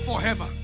forever